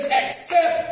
accept